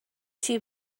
too